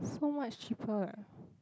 so much cheaper